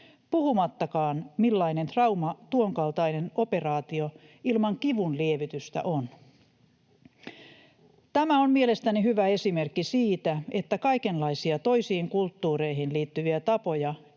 puhumattakaan millainen trauma tuon kaltainen operaatio ilman kivunlievitystä on. Tämä on mielestäni hyvä esimerkki siitä, että kaikenlaisia toisiin kulttuureihin liittyviä tapoja